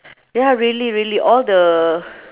ya really really all the